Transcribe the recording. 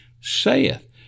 saith